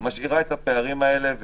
משאירה את הפערים האלה.